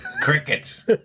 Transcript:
crickets